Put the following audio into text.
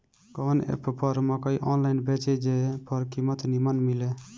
कवन एप पर मकई आनलाइन बेची जे पर कीमत नीमन मिले?